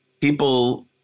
People